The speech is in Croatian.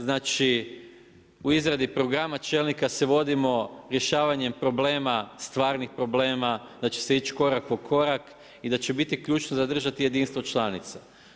Znači u izradi programa čelnika se vodimo rješavanjem problema, stvarnih problema da će se ići korak po korak i da će biti ključno zadržati jedinstvo članica.